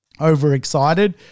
overexcited